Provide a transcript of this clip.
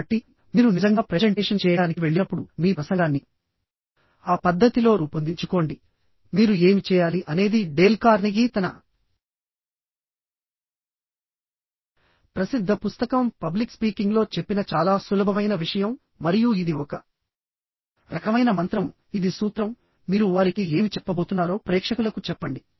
కాబట్టి మీరు నిజంగా ప్రెజెంటేషన్ చేయడానికి వెళ్ళినప్పుడు మీ ప్రసంగాన్ని ఆ పద్ధతిలో రూపొందించుకోండి మీరు ఏమి చేయాలి అనేది డేల్ కార్నెగీ తన ప్రసిద్ధ పుస్తకం పబ్లిక్ స్పీకింగ్లో చెప్పిన చాలా సులభమైన విషయం మరియు ఇది ఒక రకమైన మంత్రం ఇది సూత్రం మీరు వారికి ఏమి చెప్పబోతున్నారో ప్రేక్షకులకు చెప్పండి